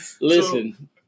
Listen